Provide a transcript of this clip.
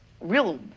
real